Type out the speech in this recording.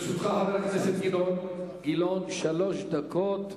לרשותך שלוש דקות.